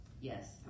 yes